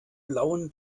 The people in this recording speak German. blauen